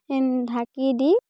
ঢাকি দি